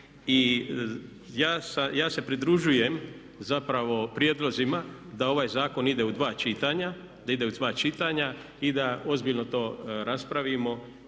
I ja se pridružujem zapravo prijedlozima da ovaj zakon ide u dva čitanja, da ide u dva